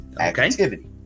activity